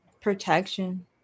Protection